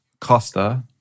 Costa